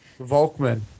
Volkman